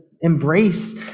embrace